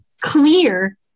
clear